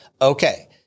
okay